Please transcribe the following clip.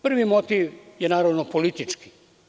Prvi motiv je naravno politički.